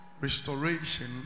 Restoration